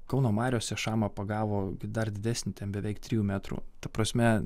kauno mariose šamą pagavo dar didesnį ten beveik trijų metrų ta prasme